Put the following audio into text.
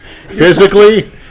Physically